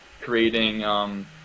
creating